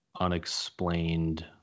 unexplained